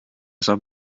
saab